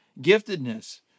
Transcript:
giftedness